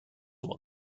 will